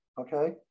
okay